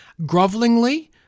grovelingly